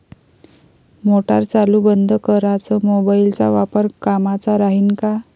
Motor चालू बंद कराच मोबाईलचा वापर कामाचा राहीन का?